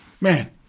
man